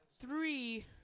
three